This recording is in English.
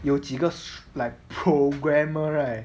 有几个 like programmer right